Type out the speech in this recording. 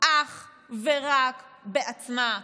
אך ורק בעצמה.